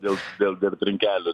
dėl dėl dėl trinkelių